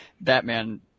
Batman